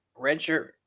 redshirt